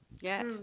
Yes